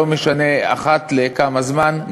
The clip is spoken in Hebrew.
לא משנה אחת לכמה זמן,